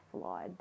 flawed